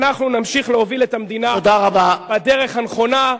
אנחנו נמשיך להוביל את המדינה בדרך הנכונה,